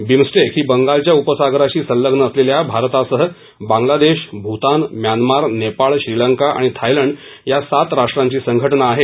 BIMSTEC ही बंगालच्या उपसागराशी संलगन असलेल्या भारतासह बांगलादेश भुतान म्यानमार नेपाळ श्रीलंका आणि थायलंड या सात राष्ट्रांची संघटना आहे